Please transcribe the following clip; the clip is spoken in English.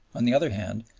on the other hand,